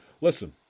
listen